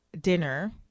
dinner